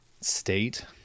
state